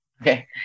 Okay